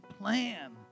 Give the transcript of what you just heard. plan